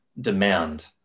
demand